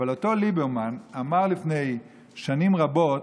אבל אותו ליברמן אמר לפני שנים רבות